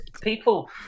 people